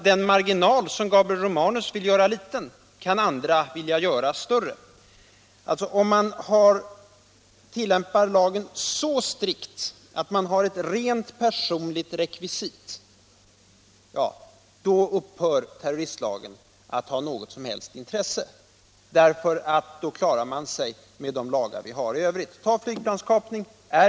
Den marginal som Gabriel Romanus vill göra liten kan andra vilja göra större. Om man tillämpar lagen så strikt att man har ett rent personligt rekvisit, upphör alltså terrroristlagen att ha något som helst intresse. Då klarar man sig med de lagar vi har i övrigt. Ta flygplanskapning som exempel!